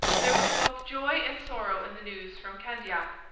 there was both joy and sorrow in the news from candiac.